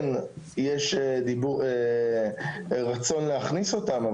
כן יש רצון להכניס אותם,